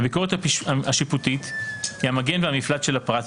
הביקורת השיפוטית היא המגן והמפלט של הפרט,